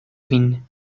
vin